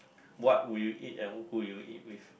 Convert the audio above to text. what would you eat and who would you eat with